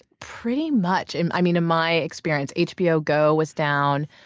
pretty much. and i mean, in my experience, hbo go was down.